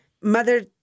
Mother